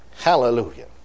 Hallelujah